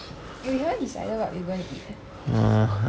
eh we haven't decided what we gonna eat leh